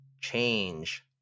Change